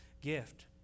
gift